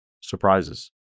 Surprises